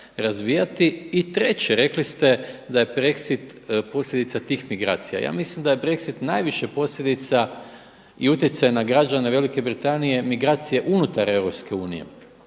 I treće, rekli ste da je Brexit posljedica tih migracija. Ja mislim da je Brexit najviše posljedica i utjecaja na građane Velike Britanije, migracije unutar EU.